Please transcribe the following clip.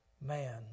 man